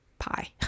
pie